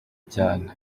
cyane